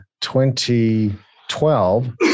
2012